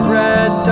red